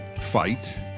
fight